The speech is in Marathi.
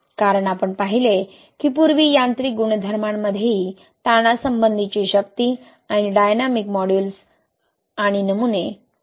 कारण आपण पाहिले की पूर्वी यांत्रिक गुणधर्मांमध्येही ताणासंबंधीची शक्ती आणि डायनॅमिक मॉड्यूलस आणि नमुने क्रॅक झाले होते